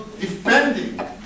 defending